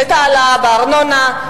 ההעלאה בארנונה,